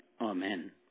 Amen